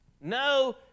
No